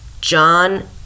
John